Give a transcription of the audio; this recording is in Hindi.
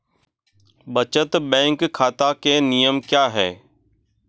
बचत बैंक खाता के नियम क्या हैं?